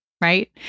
right